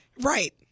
Right